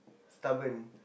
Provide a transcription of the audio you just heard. stubborn